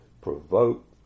provoke